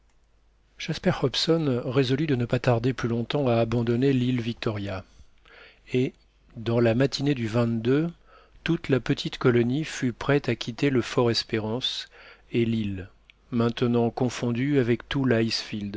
jasper hobson résolut de ne pas tarder plus longtemps à abandonner l'île victoria et dans la matinée du toute la petite colonie fut prête à quitter le fort espérance et l'île maintenant confondue avec tout